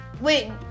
Wait